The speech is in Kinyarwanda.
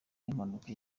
n’impanuka